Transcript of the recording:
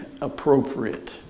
appropriate